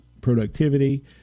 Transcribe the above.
productivity